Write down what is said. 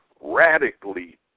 radically